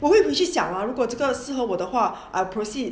我会回去想哦如果这个适合我的话 I proceed